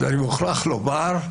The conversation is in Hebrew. אני מוכרח לומר,